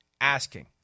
asking